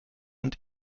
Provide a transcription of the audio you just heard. and